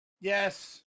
Yes